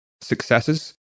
successes